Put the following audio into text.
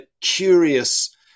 curious